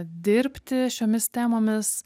dirbti šiomis temomis